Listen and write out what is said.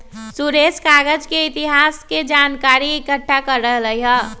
सुरेश कागज के इतिहास के जनकारी एकट्ठा कर रहलई ह